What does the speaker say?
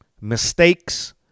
mistakes